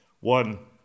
one